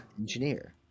engineer